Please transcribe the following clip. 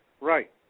Right